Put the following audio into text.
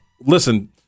Listen